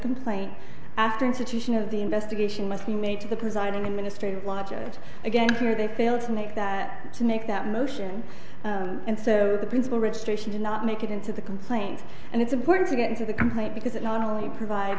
complaint after institution of the investigation must be made to the presiding administrative law judge and again here they fail to make that to make that motion and so the principle registration do not make it into the complaint and it's important to get into the complaint because it not only provide